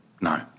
No